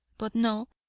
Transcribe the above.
but no,